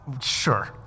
Sure